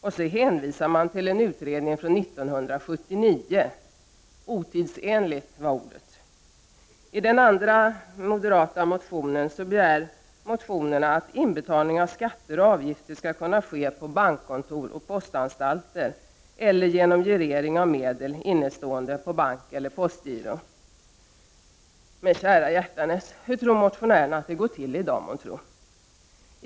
Sedan hänvisar man till en utredning från 1979 — ”otidsenligt” var ordet. I den andra moderatmotionen begär motionärerna att inbetalning av skatter och avgifter skall kunna ske på bankkontor och postanstalter eller genom girering av medel innestående på bank eller postgiro. Men kära hjärtanes, hur tror motionärerna att det går till i dag månntro?